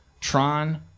Tron